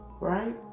Right